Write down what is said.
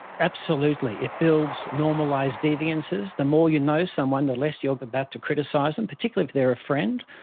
absolutely, it builds normalised deviances. the more you know someone, the less you are about to criticise them, and particularly if they are a friend.